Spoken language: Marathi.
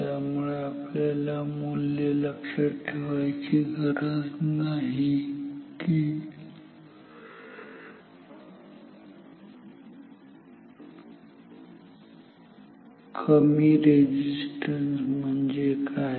त्यामुळे आपल्याला मूल्य लक्षात ठेवायची गरज नाही की कमी रेझिस्टन्स म्हणजे काय